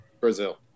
Brazil